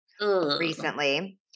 recently